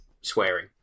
swearing